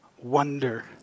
Wonder